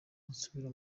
nsubira